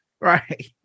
right